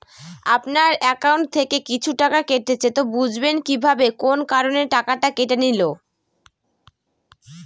আপনার একাউন্ট থেকে কিছু টাকা কেটেছে তো বুঝবেন কিভাবে কোন কারণে টাকাটা কেটে নিল?